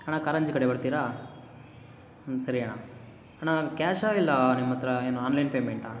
ಅಣ್ಣಾ ಕಾರಂಜಿ ಕಡೆ ಬರ್ತೀರಾ ಹೂಂ ಸರಿ ಅಣ್ಣ ಅಣ್ಣಾ ಕ್ಯಾಶಾ ಇಲ್ಲ ನಿಮ್ಮ ಹತ್ರ ಏನೋ ಆನ್ಲೈನ್ ಪೇಮೆಂಟಾ